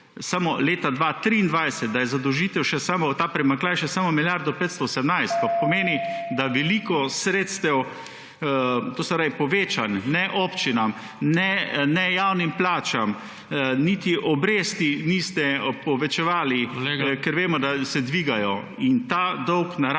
leta 2023, da je zadolžitev še samo ta primanjkljaj še samo milijardo 518 pa pomeni, da veliko sredstev to se pravi povečan ne občinam ne javnim plačam niti obresti niste povečevali, ker vemo, da se dvigajo in ta dolg narašča.